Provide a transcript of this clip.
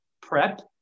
prep